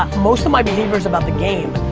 most of my behaviors' about the game.